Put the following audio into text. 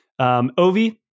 Ovi